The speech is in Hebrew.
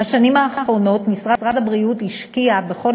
בשנים האחרונות משרד הבריאות השקיע בכל